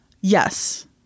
Yes